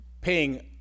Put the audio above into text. paying